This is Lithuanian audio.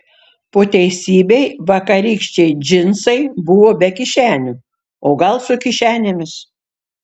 po teisybei vakarykščiai džinsai buvo be kišenių o gal su kišenėmis